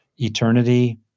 eternity